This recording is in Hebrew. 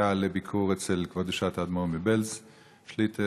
לביקור אצל כבוד קדושת האדמו"ר מבעלז שליט"א,